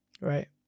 right